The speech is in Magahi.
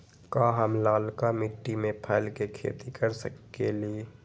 का हम लालका मिट्टी में फल के खेती कर सकेली?